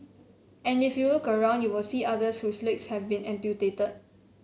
and if you look around you will see others whose legs have been amputated